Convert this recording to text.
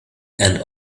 and